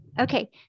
Okay